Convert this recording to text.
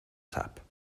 tap